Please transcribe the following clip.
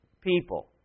people